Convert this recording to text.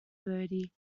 bertie